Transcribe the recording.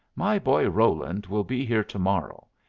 my boy roland will be here to-morrow.